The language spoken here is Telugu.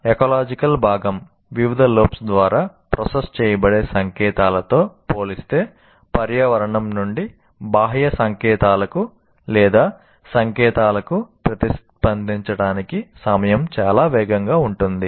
అమిగ్డాలా ప్రాసెస్ చేయబడే సంకేతాలతో పోలిస్తే పర్యావరణం నుండి బాహ్య సంకేతాలకు లేదా సంకేతాలకు ప్రతిస్పందించడానికి సమయం చాలా వేగంగా ఉంటుంది